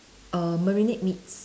err marinate meats